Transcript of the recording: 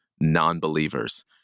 non-believers